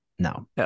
No